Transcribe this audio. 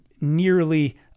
nearly